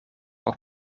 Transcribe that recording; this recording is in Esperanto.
por